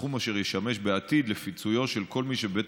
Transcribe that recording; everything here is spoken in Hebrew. סכום אשר ישמש בעתיד לפיצויו של כל מי שבית